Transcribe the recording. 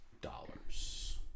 dollars